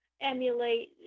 emulate